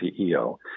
CEO